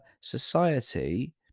society